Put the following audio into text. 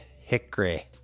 Hickory